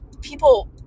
people